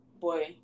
boy